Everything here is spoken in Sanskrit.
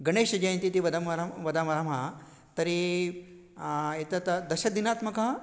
गणेशजयन्ती इति वदामः वदामः तर्हि एतत् दशदिनात्मकः